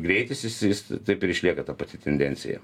greitis jis jis taip ir išlieka ta pati tendencija